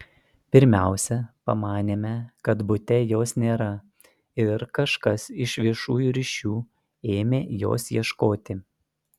pirmiausia pamanėme kad bute jos nėra ir kažkas iš viešųjų ryšių ėmė jos ieškoti